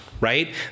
right